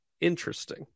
Interesting